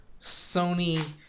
Sony